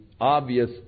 obvious